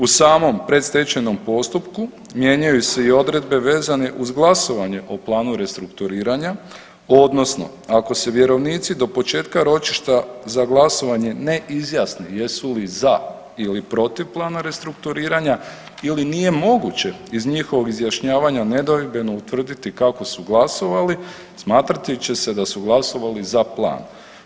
U samom predstečajnom postupku mijenjaju se i odredbe vezane uz glasovanje o planu restrukturiranja, odnosno ako se vjerovnici do početka ročišta za glasovanje ne izjasne jesu li za ili protiv plana restrukturiranja ili nije moguće iz njihovog izjašnjavanja nedvojbeno utvrditi kako su glasovali, smatrati će se da su glasovali za plan.